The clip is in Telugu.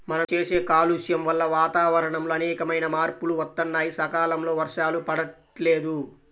మనం చేసే కాలుష్యం వల్ల వాతావరణంలో అనేకమైన మార్పులు వత్తన్నాయి, సకాలంలో వర్షాలు పడతల్లేదు